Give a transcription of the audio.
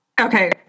Okay